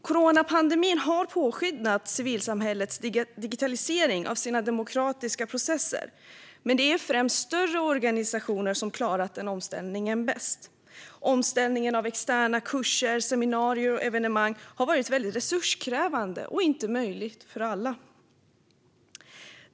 Coronapandemin har påskyndat civilsamhällets digitalisering av sina demokratiska processer. Men det är främst större organisationer som klarat den omställningen bäst. Omställningen av externa kurser, seminarier och evenemang har varit väldigt resurskrävande och är inte möjlig för alla.